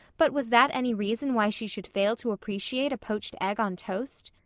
but was that any reason why she should fail to appreciate a poached egg on toast?